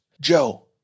Joe